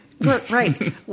Right